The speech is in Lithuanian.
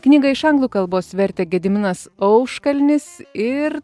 knygą iš anglų kalbos vertė gediminas auškalnis ir